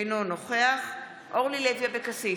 אינו נוכח אורלי לוי אבקסיס,